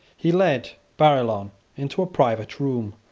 he led barillon into a private room,